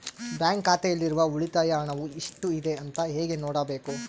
Bank ಖಾತೆಯಲ್ಲಿರುವ ಉಳಿತಾಯ ಹಣವು ಎಷ್ಟುಇದೆ ಅಂತ ಹೇಗೆ ನೋಡಬೇಕು?